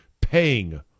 paying